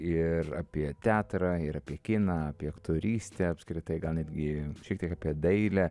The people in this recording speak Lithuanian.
ir apie teatrą ir apie kiną apie aktorystę apskritai gal netgi šiek tiek apie dailę